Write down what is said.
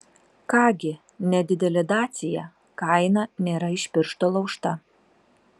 ką gi nedidelė dacia kaina nėra iš piršto laužta